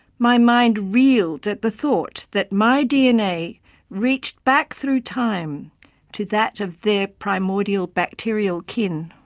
my mind reeled at the thought that my dna reached back through time to that of their primordial bacterial kin.